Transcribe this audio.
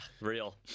real